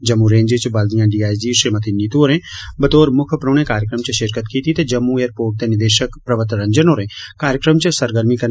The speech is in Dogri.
जम्मू रेज इच बल दियां डीआईजी श्रीमती नीतू होरें बतौर मुक्ख परौह्ने कार्यक्रम च शिरकत कीती ते जम्मू एयरपोर्ट दे निदेशक प्रवत रंजन होरें कार्यक्रम च सरगर्मी कन्नै हिस्सा लैता